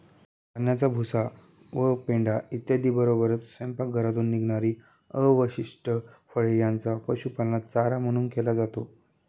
धान्याचा भुसा व पेंढा इत्यादींबरोबरच स्वयंपाकघरातून निघणारी अवशिष्ट फळे यांचा पशुपालनात चारा म्हणून केला जातो